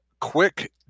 quick